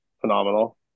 phenomenal